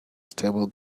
stable